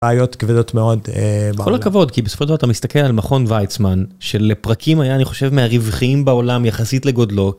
בעיות כבדות מאוד אהה.., "כל הכבוד כי בסופו של דבר אתה מסתכל על מכון ויצמן שלפרקים היה אני חושב מהרווחיים בעולם יחסית לגודלו".